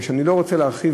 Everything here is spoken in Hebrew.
אני לא רוצה להרחיב,